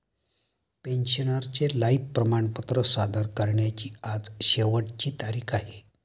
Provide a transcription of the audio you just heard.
पेन्शनरचे लाइफ प्रमाणपत्र सादर करण्याची आज शेवटची तारीख आहे